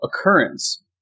occurrence